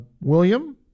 William